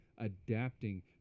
adapting